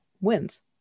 wins